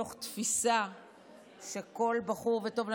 מתוך תפיסה ש"כל בחור וטוב,